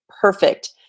perfect